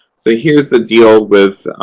so, here's the deal with